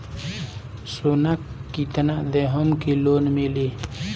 सोना कितना देहम की लोन मिली?